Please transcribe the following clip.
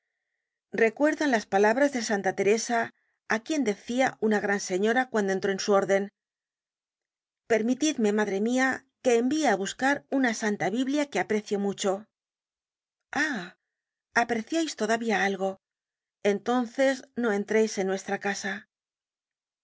recuerdan las palabras de santa teresa á quien decia una gran señora cuando entró en su orden permitidme madre mia que envie á buscar una santa biblia que aprecio mucho ah apreciáis todavía algo i entonces no entréis en nuestra casa